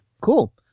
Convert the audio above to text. Cool